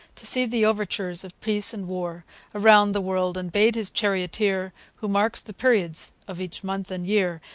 to see the overtures of peace and war around the world, and bade his charioteer, who marks the periods of each month and year,